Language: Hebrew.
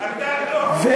אתה לא עונה.